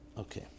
Okay